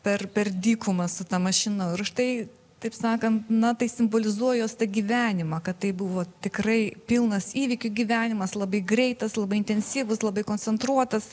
per per dykumą su ta mašina ir už tai taip sakant na tai simbolizuoja jos tą gyvenimą kad tai buvo tikrai pilnas įvykių gyvenimas labai greitas labai intensyvus labai koncentruotas